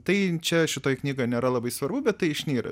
tai čia šitoj knygoj nėra labai svarbu bet tai išnyra